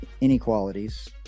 inequalities